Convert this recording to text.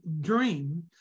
dream